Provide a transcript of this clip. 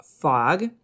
fog